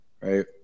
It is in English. Right